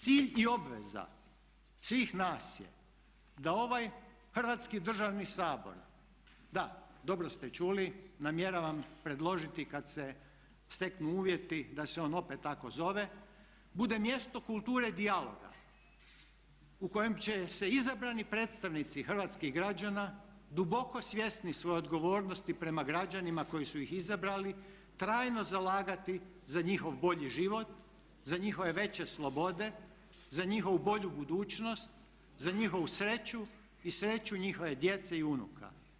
Cilj i obveza svih nas je da ovaj Hrvatski državni Sabor, da dobro ste čuli, namjeravam predložiti kad se steknu uvjeti da se on opet tako zove bude mjesto kulture dijaloga u kojem će se izabrani predstavnici hrvatskih građana duboko svjesni svoje odgovornosti prema građanima koji su ih izabrali trajno zalagati za njihov bolji život, za njihove veće slobode, za njihovu bolju budućnost, za njihovu sreću i sreću njihove djece i unuka.